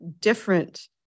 different